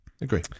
agree